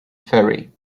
ferry